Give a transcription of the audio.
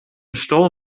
stole